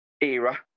era